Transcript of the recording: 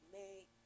make